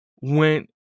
Went